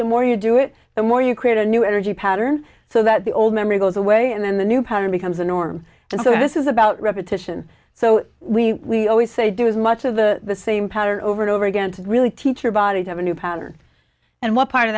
the more you do it the more you create a new energy pattern so that the old memory goes away and then the new pattern becomes the norm and so this is about repetition so we always say do as much of the same pattern over and over again to really teach your body to have a new pattern and what part of